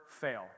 fail